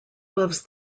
loves